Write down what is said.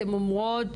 אתן אומרות,